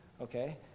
Okay